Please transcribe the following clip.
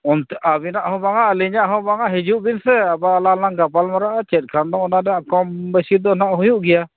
ᱚᱱᱛᱮ ᱟᱵᱤᱱᱟᱜᱦᱚᱸ ᱵᱟᱝᱟ ᱟᱞᱤᱧᱟᱜ ᱦᱚᱸ ᱵᱟᱝᱟ ᱦᱤᱡᱩᱜ ᱵᱤᱱ ᱥᱮ ᱟᱵᱟᱨ ᱟᱞᱟᱝᱞᱟᱝ ᱜᱟᱯᱟᱞᱢᱟᱨᱟᱜᱼᱟ ᱪᱮᱫ ᱠᱷᱟᱱᱫᱚ ᱚᱱᱟᱫᱚ ᱠᱚᱢᱼᱵᱮᱹᱥᱤᱫᱚ ᱱᱟᱦᱟᱜ ᱦᱩᱭᱩᱜ ᱜᱮᱭᱟ